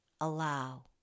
Allow